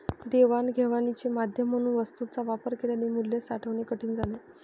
देवाणघेवाणीचे माध्यम म्हणून वस्तूंचा वापर केल्याने मूल्य साठवणे कठीण झाले